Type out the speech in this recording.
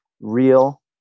real